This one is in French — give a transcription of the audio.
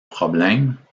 problème